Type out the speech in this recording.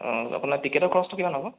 অঁ আপোনাৰ টিকটৰ খৰচটো কিমান হ'ব